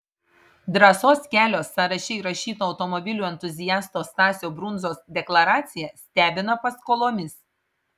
drąsos kelio sąraše įrašyto automobilių entuziasto stasio brundzos deklaracija stebina paskolomis